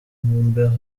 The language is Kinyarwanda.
mbeho